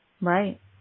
Right